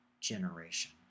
generation